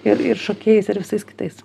ir ir šokėjais ir visais kitais